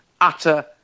utter